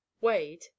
Wade